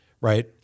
right